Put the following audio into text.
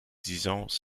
disons